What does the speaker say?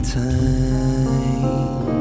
time